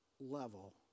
level